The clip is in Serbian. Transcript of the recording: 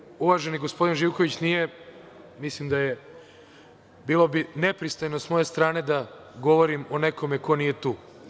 Ali, pošto uvaženi gospodin Živković nije tu, mislim da bi bilo nepristojno sa moje strane da govorim o nekome ko nije tu.